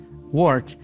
work